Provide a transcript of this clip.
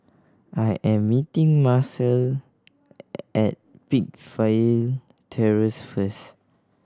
I am meeting Marcel at Peakville Terrace first